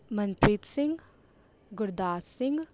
Manpreet Singh Gurdas Singh